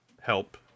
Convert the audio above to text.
help